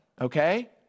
Okay